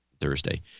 Thursday